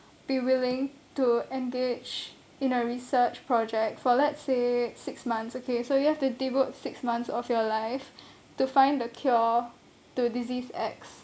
be willing to engage in a research project for let's say six months okay so you have to devote six months of your life to find the cure to disease at